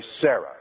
Sarah